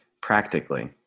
practically